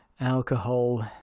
alcohol